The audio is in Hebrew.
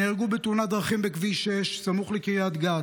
נהרגו בתאונת דרכים בכביש 6 סמוך לקריית גת,